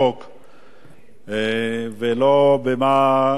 ולא במה היא עוסקת,